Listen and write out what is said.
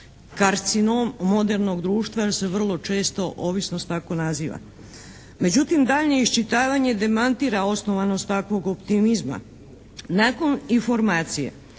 karcinom modernog društva jer se vrlo često ovisnost tako naziva. Međutim, daljnje isčitavanje demantira osnovanost takvog optimizma. Nakon informacije